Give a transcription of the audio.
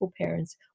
parents